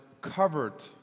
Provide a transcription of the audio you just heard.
covered